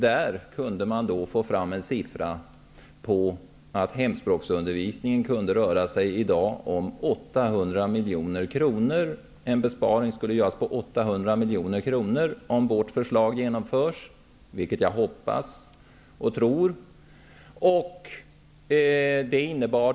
Där kunde man då få fram siffran att besparingen skulle uppgå till 800 miljoner kronor, om vårt förslag genomfördes, vilket jag hoppas och tror skall vara möjligt.